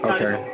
Okay